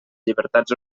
llibertats